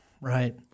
right